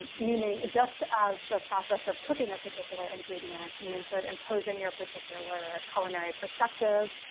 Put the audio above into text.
meaning adjust as the process of cooking a particular ingredient. me and sort of imposing your particular ah culinary perspective.